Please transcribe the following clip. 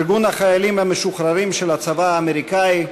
ארגון החיילים המשוחררים של הצבא האמריקני,